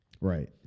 Right